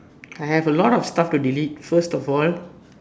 I have a lot of stuff to delete first of all